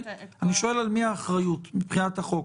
אני שואל על מי האחריות מבחינת החוק.